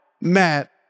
Matt